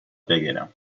peguera